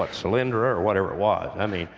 like solyndra, or whatever it was. i mean,